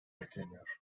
bekleniyor